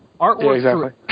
artwork